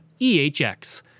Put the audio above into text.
EHX